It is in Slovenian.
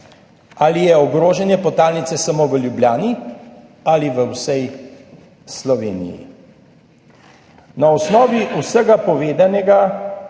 Ali je ogrožanje podtalnice samo v Ljubljani ali v vsej Sloveniji? Na osnovi vsega povedanega